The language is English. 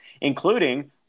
including